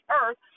earth